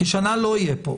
כי שנה לא יהיה פה,